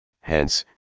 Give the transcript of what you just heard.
hence